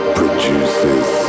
produces